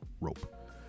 rope